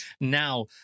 now